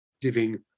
giving